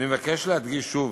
אני מבקש להדגיש שוב